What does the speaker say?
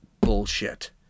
bullshit